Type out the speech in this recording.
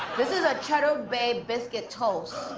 this is a cheddar bay biscuit toast.